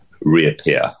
reappear